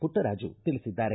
ಪುಟ್ವರಾಜು ತಿಳಿಸಿದ್ದಾರೆ